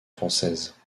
française